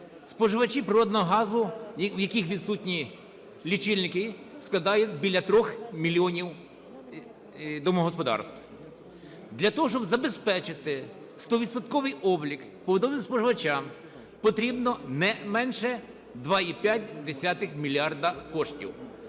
споживачі природного газу, в яких відсутні лічильники, складають біля 3 мільйонів домогосподарств. Для того, щоб забезпечити 100-відсотковий облік побутовим споживачам, потрібно не менше 2,5 мільярда коштів.